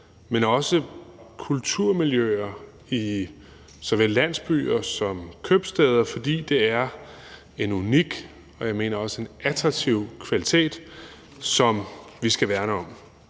men også kulturmiljøer i såvel landsbyer som købstæder, fordi det er en unik, og jeg mener også en attraktiv kvalitet, som vi skal værne om.